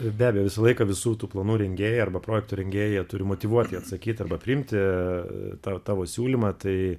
be abejo visą laiką visų tų planų rengėjai arba projektų rengėjai jie turi motyvuotai atsakyt arba priimti tą tavo siūlymą tai